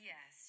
Yes